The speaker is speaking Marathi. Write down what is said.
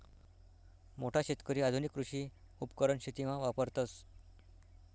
मोठा शेतकरी आधुनिक कृषी उपकरण शेतीमा वापरतस